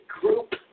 group